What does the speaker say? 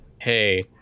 hey